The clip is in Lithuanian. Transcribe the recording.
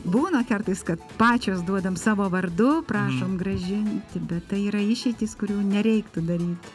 būna kartais kad pačios duodam savo vardu prašom grąžinti bet tai yra išeitys kurių nereiktų daryt